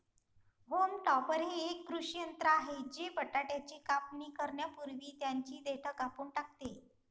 haulm topper हे एक कृषी यंत्र आहे जे बटाट्याची कापणी करण्यापूर्वी त्यांची देठ कापून टाकते